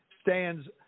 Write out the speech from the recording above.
stands